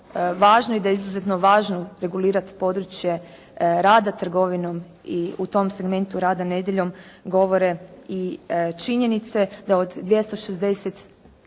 važno i da je izuzetno važno regulirati područje rada trgovinom i u tom segmentu rada nedjeljom govore i činjenice da od 260